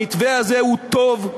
המתווה הזה הוא טוב.